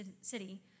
city